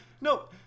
no